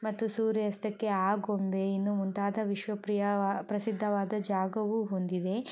ಮತ್ತು ಸೂರ್ಯಾಸ್ತಕ್ಕೆ ಆಗುಂಬೆ ಇನ್ನೂ ಮುಂತಾದ ವಿಶ್ವ ಪ್ರಿಯವಾ ಪ್ರಸಿದ್ದವಾದ ಜಾಗವು ಹೊಂದಿವೆ